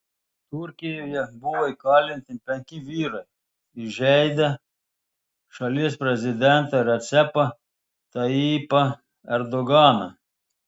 turkijoje buvo įkalinti penki vyrai įžeidę šalies prezidentą recepą tayyipą erdoganą